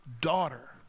daughter